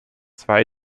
zwei